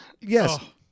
Yes